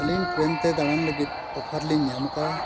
ᱟᱹᱞᱤᱧ ᱴᱨᱮᱹᱱ ᱛᱮ ᱫᱟᱬᱟᱱ ᱞᱟᱹᱜᱤᱫ ᱚᱯᱷᱟᱨ ᱞᱤᱧ ᱧᱟᱢ ᱠᱟᱜᱼᱟ